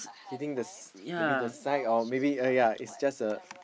hitting the s~ maybe the snack or maybe ya it's just the